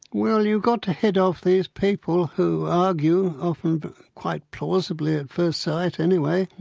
well you've got to head off these people who argue, often but quite plausibly at first sight anyway,